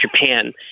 Japan